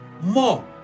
more